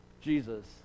Jesus